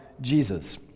Jesus